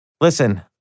Listen